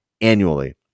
annually